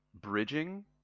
bridging